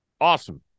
awesome